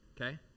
Okay